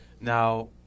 Now